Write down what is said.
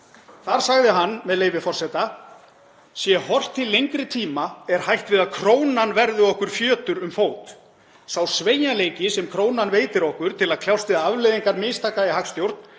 Þar sagði hann, með leyfi forseta: „En sé horft til lengri tíma er hætt við að krónan verði okkur fjötur um fót. Sá sveigjanleiki sem krónan veitir okkur til að kljást við afleiðingar mistaka í hagstjórn